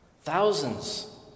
Thousands